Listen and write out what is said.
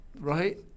Right